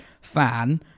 fan